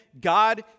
God